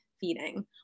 feeding